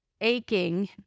aching